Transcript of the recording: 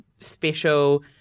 special